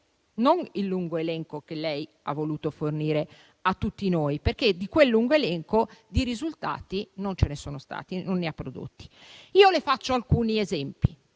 non il lungo elenco che la Ministra ha voluto fornire a tutti noi, perché in quel lungo elenco di risultati non ce ne sono stati, non ne sono stati prodotti. Faccio alcuni esempi: